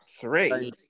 three